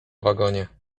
wagonie